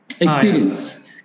Experience